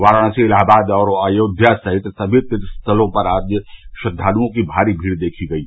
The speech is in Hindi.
वाराणसी इलाहाबाद और अयोध्या सहित सनी तीर्थ स्थलों में आज श्रद्वालुओं की भारी भीड़ देखी गयी